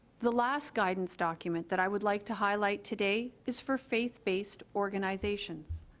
the last guidance document that i would like to highlight today is for faith-based organizations